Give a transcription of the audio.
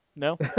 No